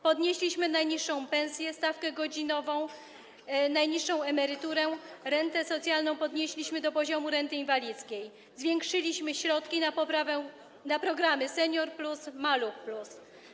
Podnieśliśmy najniższą pensję, stawkę godzinową, najniższą emeryturę, rentę socjalną podnieśliśmy do poziomu renty inwalidzkiej, zwiększyliśmy środki na programy „Senior+”, „Maluch+”